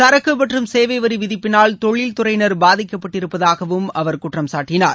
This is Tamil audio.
சரக்கு மற்றும் சேவைவரி விதிப்பினால் தொழில் துறையினர் பாதிக்கப்பட்டிருப்பதாகவும் அவர் குற்றம் சாட்டினார்